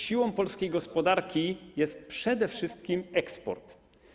Siłą polskiej gospodarki jest przede wszystkim eksport.